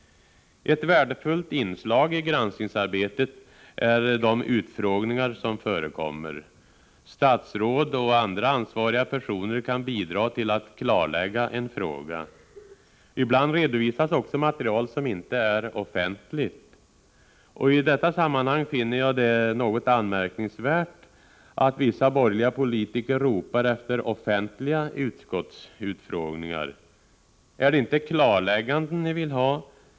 Ett värdefullt inslag i granskningsarbetet är de utfrågningar som förekommer. Statsråd och andra ansvariga personer kan bidra till att klarlägga en fråga. Ibland redovisas material som inte är offentligt. I detta sammanhang finner jag det något anmärkningsvärt att vissa borgerliga politiker ropar efter offentliga utskottsutfrågningar. Är det inte klarlägganden ni vill ha?